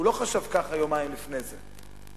הוא לא חשב ככה יומיים לפני זה,